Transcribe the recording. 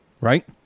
right